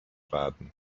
werden